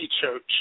Church